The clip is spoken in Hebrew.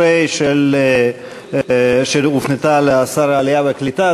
15 שהופנתה לשר העלייה והקליטה.